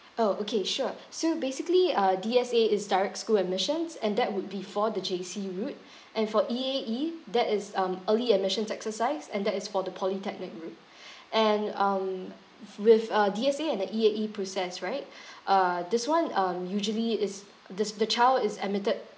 orh okay sure so basically uh D_S_A is direct school admissions and that would be for the J_C route and for E_A_E that is um early admissions exercise and that is for the polytechnic route and um with a D_S_A and a E_A_E process right uh this [one] um usually is thus the child is admitted